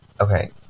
Okay